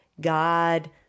God